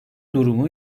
durumu